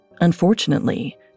Unfortunately